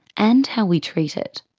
and how we treat it.